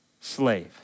slave